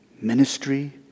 ministry